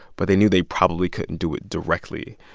but they knew they probably couldn't do it directly.